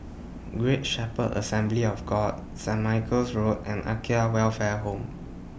Great Shepherd Assembly of God Saint Michael's Road and Welfare Home